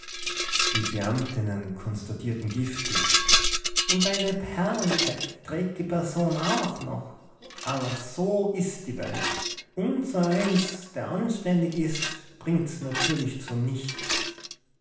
beamtinnen konstatierten giftig und eine perlenkette trägt die person auch noch aber so ist die welt unsereins der anständig ist bringt's natürlich zu nichts